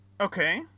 Okay